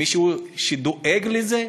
מישהו שדואג לזה?